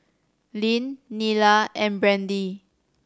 Lyn Nila and Brandi